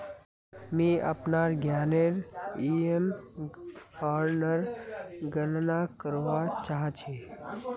मि अपनार ऋणनेर ईएमआईर गणना करवा चहा छी